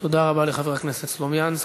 תודה רבה לחבר הכנסת סלומינסקי.